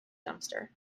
dumpster